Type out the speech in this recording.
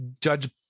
judge